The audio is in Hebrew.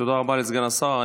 תודה רבה לסגן השר.